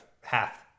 half